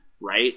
right